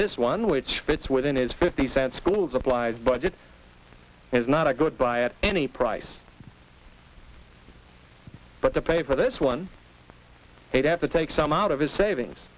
this one which fits within his fifty cent schools of live budget is not a good buy at any price but the pay for this one he'd have to take some out of his savings